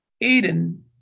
Eden